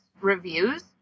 reviews